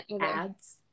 ads